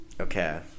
Okay